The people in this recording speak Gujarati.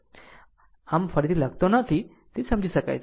આમ ફરીથી લખતો નથી તે સમજી શકાય તેવું છે